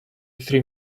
three